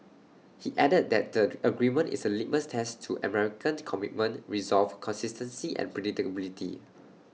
he added that the agreement is A litmus test to American commitment resolve consistency and predictability